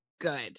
good